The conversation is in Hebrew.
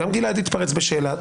גם גלעד התפרץ בשאלה,